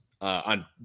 on